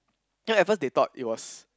then at first they thought it was